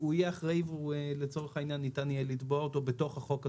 יהיה אחראי ולצורך העניין ניתן יהיה לתבוע אותו בתוך החוק עצמו.